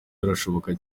birashoboka